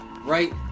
right